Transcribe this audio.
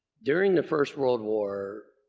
during the first world war